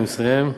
אני מסיים.